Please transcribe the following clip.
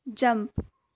jump